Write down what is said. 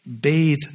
bathe